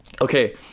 Okay